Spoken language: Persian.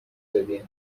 دادی